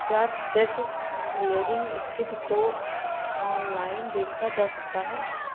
क्या cheque clearing स्थिति को ऑनलाइन देखा जा सकता है?